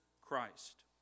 Christ